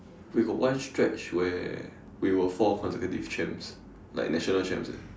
we got one stretch where we were four consecutive champs like national champs eh